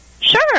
Sure